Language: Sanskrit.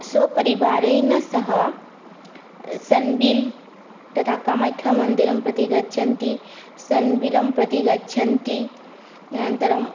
स्वपरिवारेन सह सन्विल् तथा कामाख्यामन्दिरम्प्रति गच्छन्ति सन्विलम्प्रति गच्छन्ति अनन्तरं